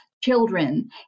children